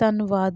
ਧੰਨਵਾਦ